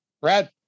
Brad